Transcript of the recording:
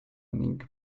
ning